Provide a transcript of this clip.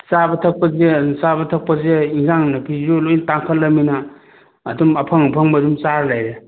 ꯆꯥꯕ ꯊꯛꯄꯁꯦ ꯆꯥꯕ ꯊꯛꯄꯁꯦ ꯑꯦꯟꯁꯥꯡ ꯅꯥꯄꯤꯁꯨ ꯂꯣꯏꯅ ꯇꯥꯡꯈꯠꯂꯕꯅꯤꯅ ꯑꯗꯨꯝ ꯑꯐꯪ ꯑꯐꯪꯕ ꯑꯗꯨꯝ ꯆꯥꯔ ꯂꯩꯔꯦ